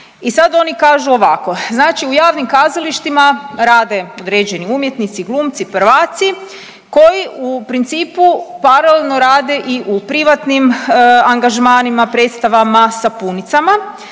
i sad oni kažu ovako, znači u javnim kazalištima rade određeni umjetnici glumci prvaci koji u principu paralelno rade i u privatnim angažmanima, predstavama, sapunicama